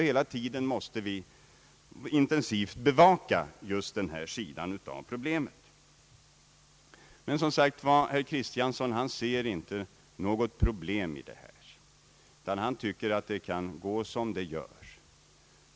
Hela tiden måste vi sålunda intensivt bevaka just denna sida av problemet. Herr Axel Kristiansson ser som sagt inte något problem utan tycker att det kan gå som det gör.